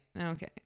okay